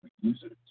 users